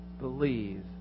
believe